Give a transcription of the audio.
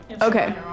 Okay